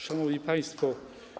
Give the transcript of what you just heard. Szanowni Państwo!